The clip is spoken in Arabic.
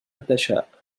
تشاء